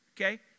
Okay